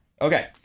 Okay